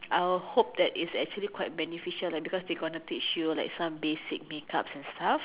I'll hope that it's actually quite beneficial and because they are going to teach you like some basic makeups and stuff